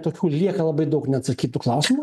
tokių lieka labai daug neatsakytų klausimų